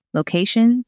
location